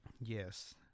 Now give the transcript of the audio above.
Yes